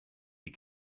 die